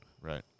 right